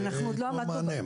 שיתנו מענה.